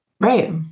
Right